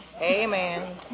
Amen